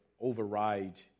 override